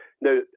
Now